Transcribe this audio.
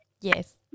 Yes